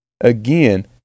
Again